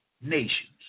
nations